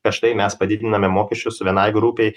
kad štai mes padidiname mokesčius vienai grupei